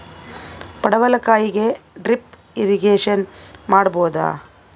ಪಡವಲಕಾಯಿಗೆ drip irrigation ಮಾಡಬೋದ?